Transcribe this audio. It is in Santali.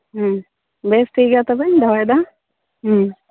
ᱦᱮᱸ ᱵᱮᱥ ᱴᱷᱤᱠ ᱜᱮᱭᱟ ᱛᱚᱵᱮᱧ ᱫᱚᱦᱚᱭ ᱫᱟ ᱦᱮᱸ